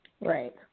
Right